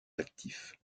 actifs